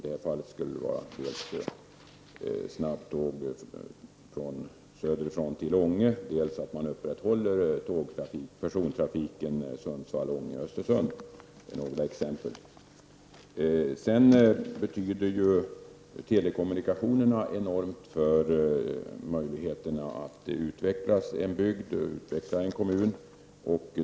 I det här fallet skulle det vara fråga om ett snabbtåg söderifrån till Ånge. Persontrafiken på sträckan Sundsvall-Ånge-Östersund måste upprätthållas. Det är några exempel. Telekommunikationerna betyder enormt mycket för möjligheterna att utveckla en bygd och en kommun.